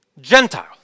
Gentile